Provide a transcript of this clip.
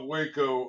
Waco